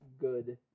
good